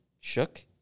shook